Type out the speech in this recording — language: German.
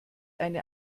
eine